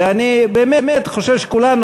ואני באמת חושב שכולנו,